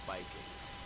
Vikings